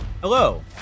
Hello